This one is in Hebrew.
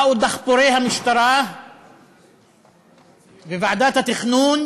באו דחפורי המשטרה וועדת התכנון